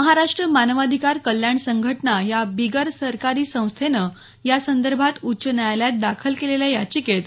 महाराष्ट्र मानवाधिकार कल्याण संघटना या बिगर सरकारी संस्थेनं यासंदर्भात उच्च न्यायालयात दाखल केलेल्या याचिकेत